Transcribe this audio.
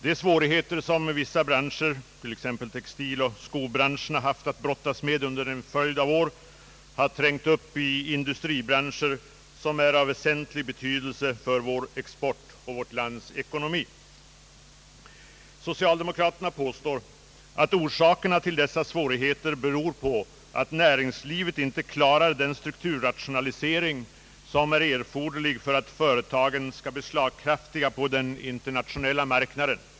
De svårigheter som vissa branscher, t.ex. textiloch skobranscherna, haft att brottas med under en följd av år har trängt upp i industribranscher som är av väsentlig betydelse för vår export och vårt lands ekonomi. Socialdemokraterna påstår att orsakerna till dessa svårigheter är att näringslivet inte klarar den strukturrationalisering som är erforderlig för att företagen skall bli slagkraftiga på den internationella marknaden.